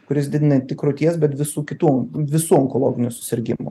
kuris didina ne tik krūties bet visų kitų visų onkologinių susirgimų